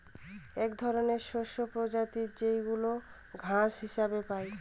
এক ধরনের শস্যের প্রজাতি যেইগুলা ঘাস হিসেবে পাই